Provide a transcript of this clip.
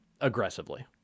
aggressively